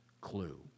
Clue